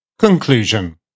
Conclusion